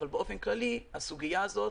אבל באופן כללי הסוגיה הזאת,